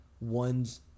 one's